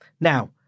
Now